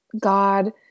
God